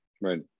right